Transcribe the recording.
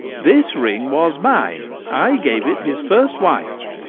this ring was mine, i gave it his first wife.